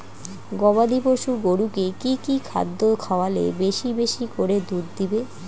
গবাদি পশু গরুকে কী কী খাদ্য খাওয়ালে বেশী বেশী করে দুধ দিবে?